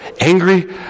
angry